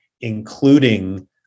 including